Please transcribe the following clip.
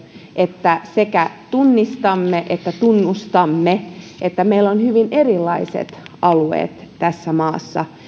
että sekä tunnistamme että tunnustamme että meillä on hyvin erilaiset alueet tässä maassa